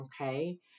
okay